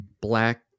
black